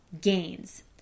gains